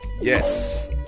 Yes